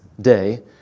day